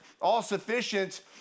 all-sufficient